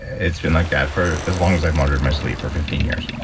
it's been like that for as long as i've monitored my sleep for fifteen years.